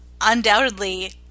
Undoubtedly